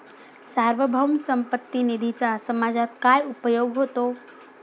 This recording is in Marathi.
सार्वभौम संपत्ती निधीचा समाजात काय उपयोग होतो?